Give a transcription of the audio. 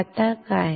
आता काय